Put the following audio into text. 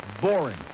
boring